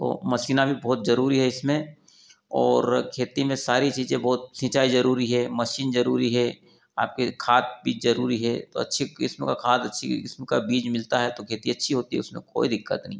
तो मसीनें भी बहुत जरूरी है इसमें और खेती में सारी चीज़ें बहुत सिंचाई जरूरी है मशीन जरूरी है आपके खाद बीज जरूरी है तो अच्छी किस्म का खाद अच्छी किस्म का बीज मिलता है तो खेती अच्छी होती है उसमें कोई दिक्कत नहीं